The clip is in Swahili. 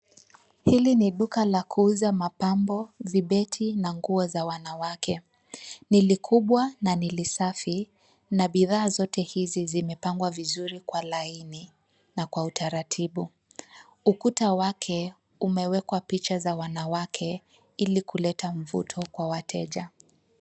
Hili ni duka la kuuza mapambo, vibeti na nguo za wanawake. Ni likubwa na ni lisafi na bidhaa zote hizi zimepangwa vizuri kwa laini na kwa utaratibu. Ukuta wake umewekwa picha za wanawake ili kuleta mvuto kwa wateja.